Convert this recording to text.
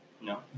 No